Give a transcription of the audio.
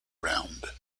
round